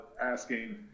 asking